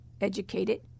educated